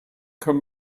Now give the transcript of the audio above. can